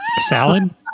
Salad